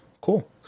Cool